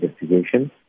investigation